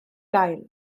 gael